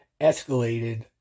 escalated